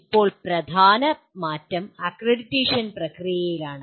ഇപ്പോൾ പ്രധാന മാറ്റം അക്രഡിറ്റേഷൻ പ്രക്രിയയിലാണ്